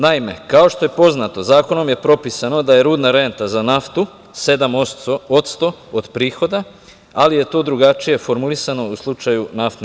Naime, kao što je poznato zakonom je propisano da je rudna renta za naftu 7% od prihoda, ali je to drugačije formulisano u slučaju NIS.